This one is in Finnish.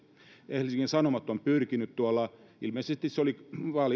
helsingin sanomat on pyrkinyt tuolla ilmeisesti se oli